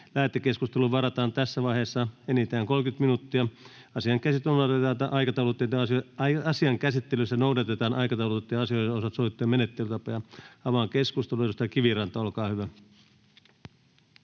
Lähetekeskusteluun varataan tässä vaiheessa enintään 30 minuuttia. Asian käsittelyssä noudatetaan aikataulutettujen asioiden osalta sovittuja menettelytapoja. — Avaan keskustelun. Edustaja Kiviranta, olkaa hyvä.